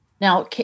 Now